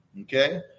Okay